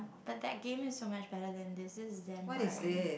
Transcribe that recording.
but that game is so much better than this is damn boring